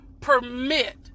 permit